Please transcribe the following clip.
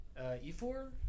E4